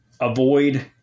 avoid